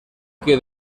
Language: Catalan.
que